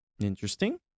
interesting